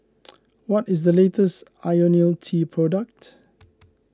what is the latest Ionil T product